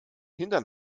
hintern